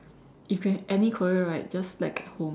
if can have any career right just slack at home